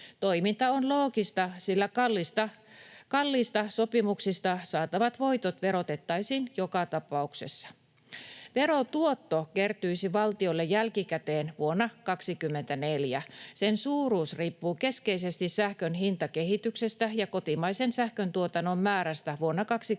Toiminta on loogista, sillä kalliista sopimuksista saatavat voitot verotettaisiin joka tapauksessa. Verotuotto kertyisi valtiolle jälkikäteen vuonna 24. Sen suuruus riippuu keskeisesti sähkön hintakehityksestä ja kotimaisen sähköntuotannon määrästä vuonna 23